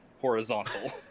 horizontal